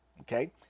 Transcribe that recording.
okay